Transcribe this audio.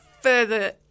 further